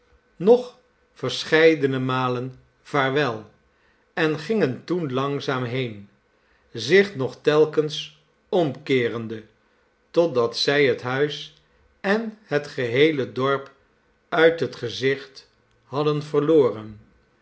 nog verscheidene malen vaarwel en gingen toen langzaam heen zich nog telkens omkeerende totdat zij het huis en het geheele dorp uit het gezicht hadden verloren